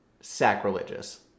sacrilegious